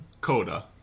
Coda